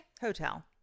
Hotel